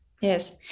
Yes